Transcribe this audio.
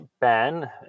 ban